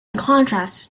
contrast